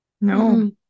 No